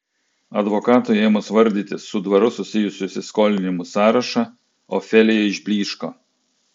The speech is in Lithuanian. advokatui ėmus vardyti su dvaru susijusių įsiskolinimų sąrašą ofelija išblyško